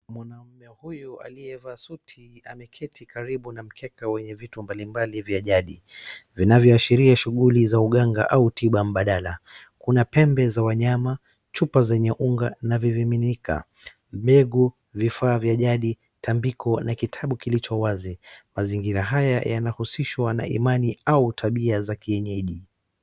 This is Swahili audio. Mwanaume huyu aliyevaa suti ameketi karibu na mkeka wenye vitu mbalimbali vya jadi, vinavyoashiria shughuli za uganga au tiba mbadala. Kuna pembe za wanyama, chupa zenye unga na vimiminika, mbegu, vifaa vya jadi, tambiko na kitabu kilicho wazi. Mazingira haya yanahusishwa na imani au tabia za kienyeji.